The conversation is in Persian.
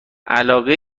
علاقه